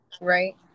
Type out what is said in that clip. Right